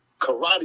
karate